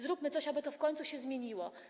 Zróbmy coś, aby to w końcu się zmieniło.